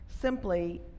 Simply